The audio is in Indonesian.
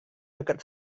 dekat